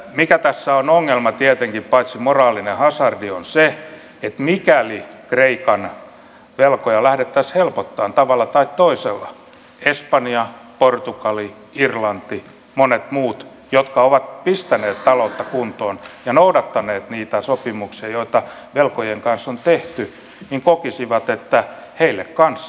mikä tässä on ongelma tietenkin paitsi moraalinen hasardi on se että mikäli kreikan velkoja lähdettäisiin helpottamaan tavalla tai toisella espanja portugali irlanti ja monet muut jotka ovat pistäneet taloutta kuntoon ja noudattaneet niitä sopimuksia joita velkojien kanssa on tehty kokisivat että heille kanssa